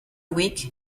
week